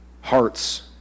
hearts